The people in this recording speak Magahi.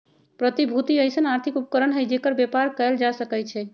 प्रतिभूति अइसँन आर्थिक उपकरण हइ जेकर बेपार कएल जा सकै छइ